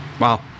Wow